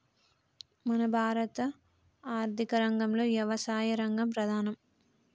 మన భారత ఆర్థిక రంగంలో యవసాయ రంగం ప్రధానం